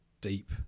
deep